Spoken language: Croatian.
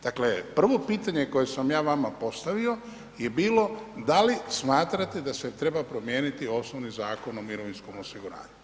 Dakle, prvo pitanje koje sam ja vama postavio je bilo da li smatrate da se treba promijeniti osnovni Zakon o mirovinskom osiguranju?